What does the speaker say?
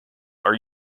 are